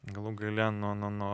galų gale nuo nuo nuo